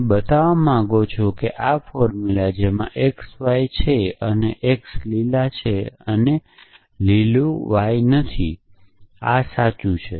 તમે બતાવવા માંગો છો કે આ ફોર્મુલા જેમાં xy છે અને x લીલા છે અને લીલું વાય નથી આ સાચું છે